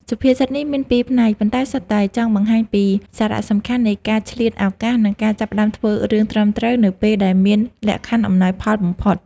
សុភាសិតនេះមានពីរផ្នែក ប៉ុន្តែសុទ្ធតែចង់បង្ហាញពីសារៈសំខាន់នៃការឆ្លៀតឱកាស និងការចាប់ផ្ដើមធ្វើរឿងត្រឹមត្រូវនៅពេលដែលមានលក្ខខណ្ឌអំណោយផលបំផុត ។